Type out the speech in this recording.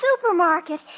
supermarket